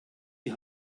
die